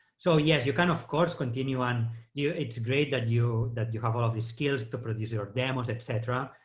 so yes, you can, kind of course, continue and you it's great that you that you have all of these skills to produce your demos, etc.